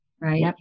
Right